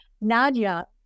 Nadia